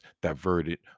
diverted